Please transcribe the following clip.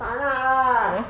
tak nak lah